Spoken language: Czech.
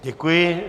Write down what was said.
Děkuji.